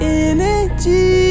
energy